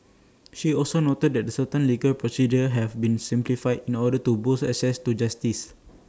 she also noted that certain legal procedures have been simplified in order to boost access to justice